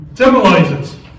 symbolizes